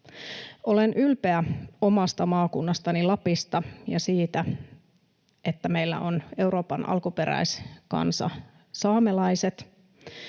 Olen ylpeä omasta maakunnastani Lapista ja siitä, että meillä on Euroopan alkuperäiskansa saamelaiset.